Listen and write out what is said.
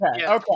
okay